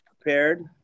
prepared